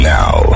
now